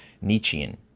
Nietzschean